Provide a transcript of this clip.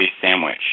sandwich